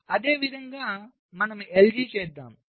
అదేవిధంగా మనం LG చేద్దాం